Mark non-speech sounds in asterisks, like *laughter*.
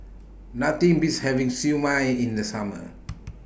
Nothing Beats having Siew Mai in The Summer *noise*